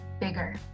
bigger